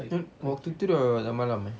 then waktu tu dah dah malam eh